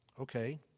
okay